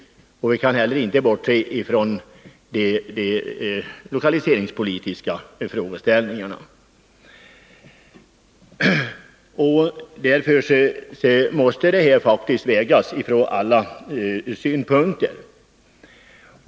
Vi kan heller inte bortse från de lokaliseringspolitiska frågeställningarna. Därför måste den här frågan faktiskt bedömas från alla synpunkter.